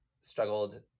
struggled